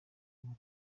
ubu